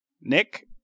Nick